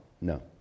No